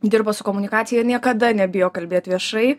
dirba su komunikacija niekada nebijo kalbėt viešai